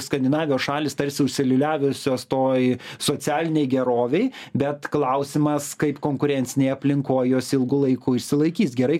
skandinavijos šalys tarsi užsiliūliavusios toj socialinėj gerovėj bet klausimas kaip konkurencinėj aplinkoj jos ilgu laiku išsilaikys gerai